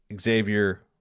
Xavier